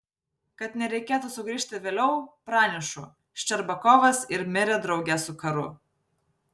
kad nereikėtų sugrįžti vėliau pranešu ščerbakovas ir mirė drauge su karu